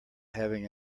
having